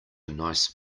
nice